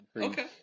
Okay